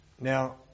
Now